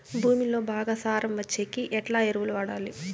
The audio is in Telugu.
భూమిలో బాగా సారం వచ్చేకి ఎట్లా ఎరువులు వాడాలి?